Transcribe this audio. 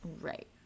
Right